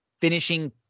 finishing